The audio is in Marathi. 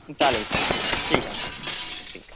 चालेल चालेल ठीक आहे ना ठीक